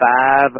five